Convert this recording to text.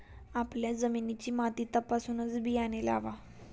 आपल्या जमिनीची माती तपासूनच बियाणे लावा